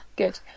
good